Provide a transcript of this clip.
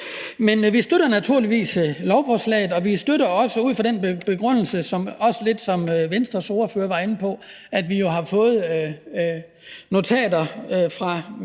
Vi støtter naturligvis lovforslaget, og vi støtter det også ud fra den begrundelse, som Venstres ordfører også var inde på, at vi har fået notater fra